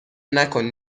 نکن